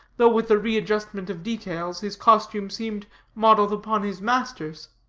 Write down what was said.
though with a readjustment of details, his costume seemed modeled upon his master's.